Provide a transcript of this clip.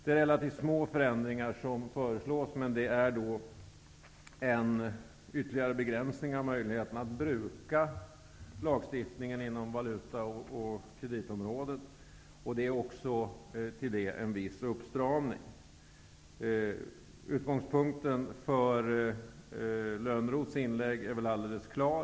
Det är relativt små förändringar som föreslås, men de innebär en ytterligare begränsning av möjligheten att bruka lagstiftningen inom valutaoch kreditområdet, och det är också en viss uppstramning. Utgångspunkten för Johan Lönnroths inlägg är helt klar.